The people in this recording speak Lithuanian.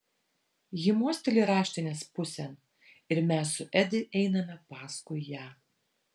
ji mosteli raštinės pusėn ir mes su edi einame paskui ją